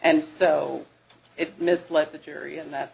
and so it misled the jury and that